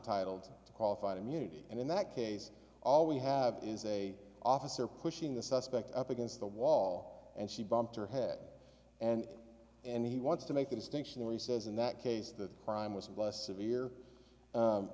titled to qualified immunity and in that case all we have is a officer pushing the suspect up against the wall and she bumped her head and and he wants to make a distinction where he says in that case the crime was less